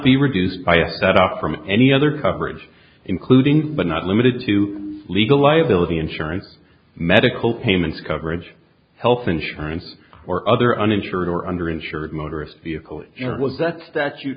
be reduced by that out from any other coverage including but not limited to legal liability insurance medical payments coverage health insurance or other uninsured or under insured motorists vehicle or was that statu